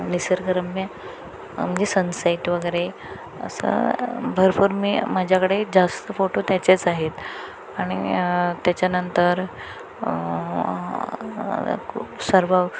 निसर्गरम्य म्हणजे सनसेट वगैरे असं भरपूर मी माझ्याकडे जास्त फोटो त्याचेच आहेत आणि त्याच्यानंतर सर्व